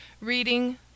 Reading